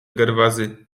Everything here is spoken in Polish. gerwazy